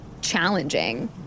challenging